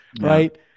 right